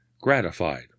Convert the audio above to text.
gratified